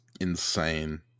insane